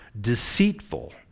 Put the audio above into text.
deceitful